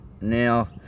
Now